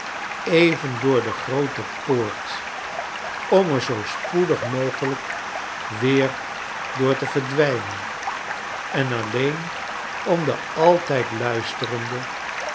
even door de groote poort om er zoo spoedig mogelijk weer door te verdwijnen en alleen om de altijd luisterende